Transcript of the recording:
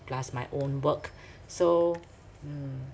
plus my own work so mm